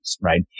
right